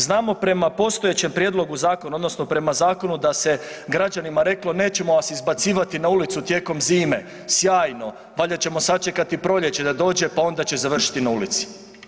Znamo prema postojećem prijedlogu zakona, odnosno prema zakonu da se građanima reklo nećemo vas izbacivati na ulicu tijekom zime, sjajno, valjda ćemo sačekati prolijeće da dođe pa onda će završiti na ulici.